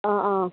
অঁ অঁ